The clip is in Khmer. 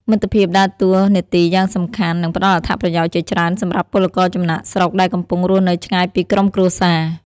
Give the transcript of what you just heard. មិត្តភាពដើរតួនាទីយ៉ាងសំខាន់ និងផ្ដល់អត្ថប្រយោជន៍ជាច្រើនសម្រាប់ពលករចំណាកស្រុក ដែលកំពុងរស់នៅឆ្ងាយពីក្រុមគ្រួសារ ។